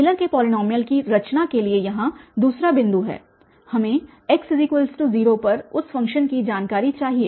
Taylor के polynomial की रचना के लिए यहाँ दूसरा बिंदु है हमें x0 पर उस फ़ंक्शन की जानकारी चाहिए